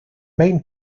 main